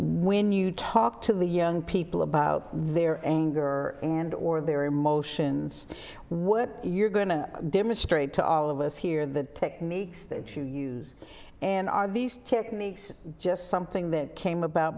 when you talk to the young people about their anger and or their emotions what you're going to demonstrate to all of us here the techniques that you use and are these techniques just something that came about